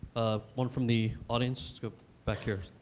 one from the audience, let's go back here.